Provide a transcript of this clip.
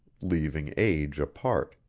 leaving age apart.